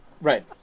Right